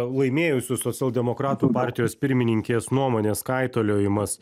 laimėjusios socialdemokratų partijos pirmininkės nuomonės kaitaliojimas